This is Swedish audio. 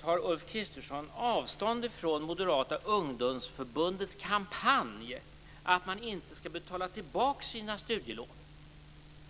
Tar Ulf Kristersson avstånd från Moderata ungdomsförbundets kampanj för att studenter inte skall betala tillbaka sina studielån?